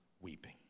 weeping